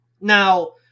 Now